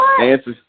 answer